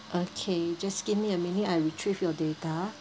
okay you just give me a minute I retrieve your data